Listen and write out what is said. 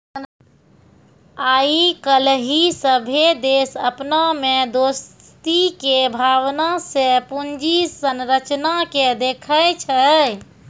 आइ काल्हि सभ्भे देश अपना मे दोस्ती के भावना से पूंजी संरचना के देखै छै